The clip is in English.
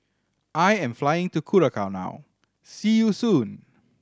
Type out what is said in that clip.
I am flying to Curacao now see you soon